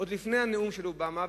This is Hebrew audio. עוד לפני הנאום של אובמה,